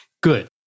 good